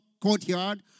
courtyard